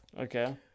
okay